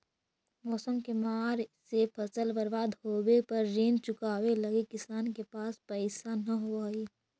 मौसम के मार से फसल बर्बाद होवे पर ऋण चुकावे लगी किसान के पास पइसा न होवऽ हइ